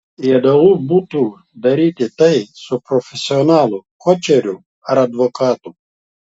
idealu būtų daryti tai su profesionalu koučeriu ar advokatu